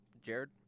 Jared